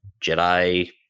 Jedi